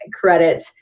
credit